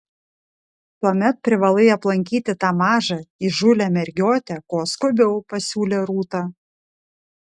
tuomet privalai aplankyti tą mažą įžūlią mergiotę kuo skubiau pasiūlė rūta